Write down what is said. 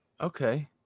okay